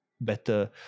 better